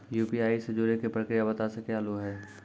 UPI से जुड़े के प्रक्रिया बता सके आलू है?